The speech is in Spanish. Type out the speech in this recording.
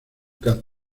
cáncer